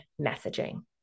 messaging